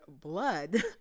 blood